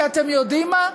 כי אתם יודעים מה?